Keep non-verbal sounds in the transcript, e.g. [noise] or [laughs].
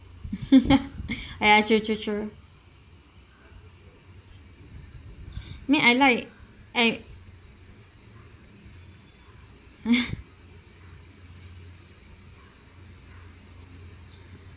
[laughs] ya true true true mean I like I [laughs]